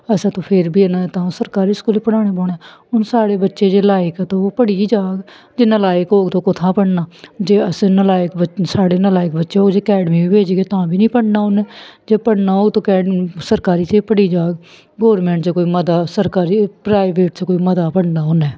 असें तू फेर बी तां सरकारी स्कूल पढ़ाने पौना हून साढ़े बच्चे जे लायक ऐ ते ओह् पढ़ी गै जाह्ग जे नलायक होग त ते कु'त्थां पढ़ना जे असें नलायक साढ़े नलायक बच्चे होग जे अकैडमी बी भेजगे तां बी निं पढ़ना उन्नै जे पढ़ना होग तू अकैडमी सरकारी च पढ़ी जाह्ग गौरमेंट च कोई मता सरकारी प्राइवेट च कोई मता पढ़ना उन्नै